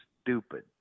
stupid